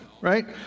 Right